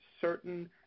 certain